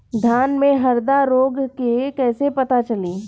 धान में हरदा रोग के कैसे पता चली?